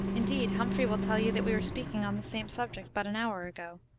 indeed, humphrey will tell you that we were speaking on the same subject but an hour ago.